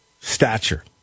stature